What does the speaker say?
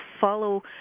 follow